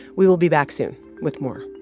we will be back soon with more